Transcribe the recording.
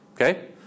okay